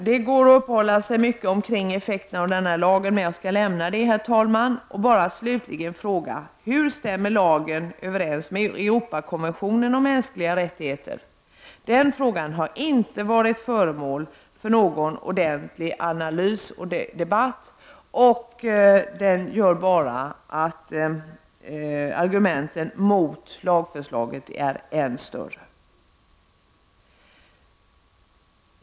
Det går att uppehålla sig länge kring effekterna av denna lag, men jag skall nu lämna detta, herr talman, och slutligen fråga: Hur stämmer lagen överens med Europakonventionen om mänskliga rättigheter? Den frågan har inte varit föremål för någon ordentlig analys eller debatt. Den gör bara att argumenten mot lagförslaget blir än tyngre.